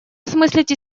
осмыслить